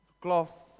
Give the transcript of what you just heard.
Cloth